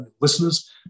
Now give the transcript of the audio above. listeners